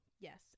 Yes